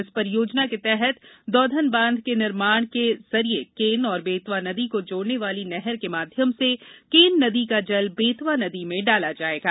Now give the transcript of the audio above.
इस परियोजना के तहत दौधन बांध के निर्माण के जरिये केन और बेतवा नदी को जोडने वाली नहर के माध्यम से केन नदी का जल बेतवा नदी में डाला जाएगा